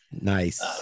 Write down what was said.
nice